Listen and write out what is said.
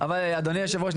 אדוני היושב-ראש,